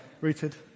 Rooted